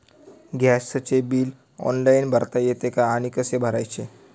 गॅसचे bill online भरता येते का आणि कसे भरायचे?